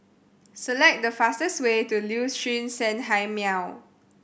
select the fastest way to Liuxun Sanhemiao